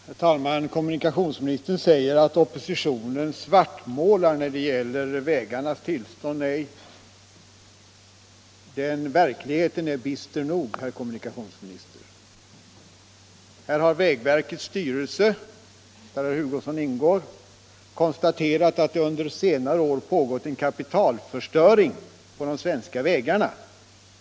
Herr talman! Kommunikationsministern säger att oppositionen svartmålar när det gäller vägarnas tillstånd. Nej, verkligheten är bister nog, herr kommunikationsminister! Här har vägverkets styrelse, där herr Hugosson ingår, konstaterat att det under senare år pågått en kapitalförstöring på de svenska vägarna.